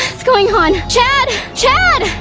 what's going on? chad! chad!